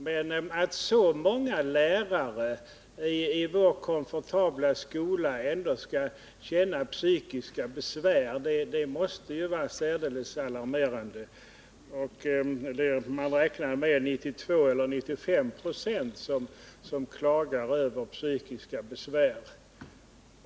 Men att så många lärare i vår komfortabla skola har psykiska besvär måste anses vara särdeles alarmerande. Man räknar med att 92 eller 95 96 av lärarna klagar över psykiska besvär.